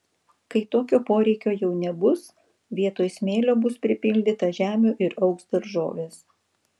kai tokio poreikio jau nebus vietoj smėlio bus pripildyta žemių ir augs daržovės